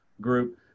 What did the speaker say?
group